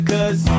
Cause